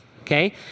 Okay